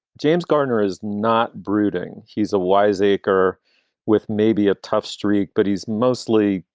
james garner is not brooding. he's a wiseacre with maybe a tough streak. but he's mostly,